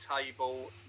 table